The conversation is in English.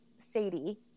sadie